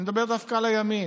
אני מדבר דווקא על הימין,